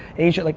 asia, like